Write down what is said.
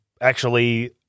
actually-